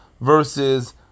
versus